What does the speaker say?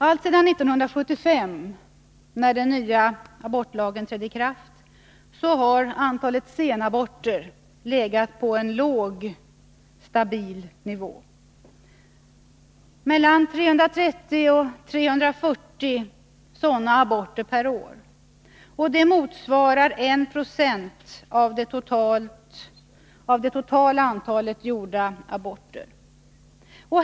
Allt sedan 1975, när den nya abortlagen trädde i kraft, har antalet senaborter legat på en låg och stabil nivå — mellan 330 och 340 per år, vilket motsvarar 120 av det totala antalet gjorda aborter.